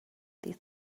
these